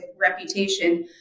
reputation